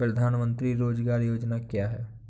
प्रधानमंत्री रोज़गार योजना क्या है?